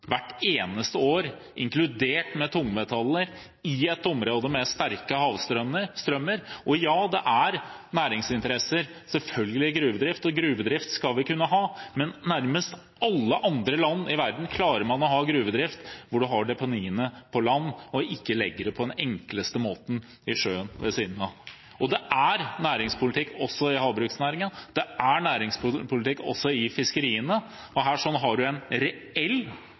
inkludert – i et område med sterke havstrømmer. Ja, det er selvfølgelig næringsinteresser i gruvedrift, og gruvedrift skal vi kunne ha, men i nærmest alle andre land i verden klarer man å ha gruvedrift hvor man har deponiene på land – ikke legger det på den enkleste måten i sjøen ved siden av. Det er næringspolitikk også i havbruksnæringen, det er næringspolitikk også i fiskeriene, og her har man en reell